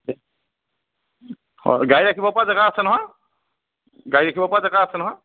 হয় গাড়ী ৰাখিব পৰা জেগা আছে নহয় গাড়ী ৰাখিব পৰা জেগা আছে নহয়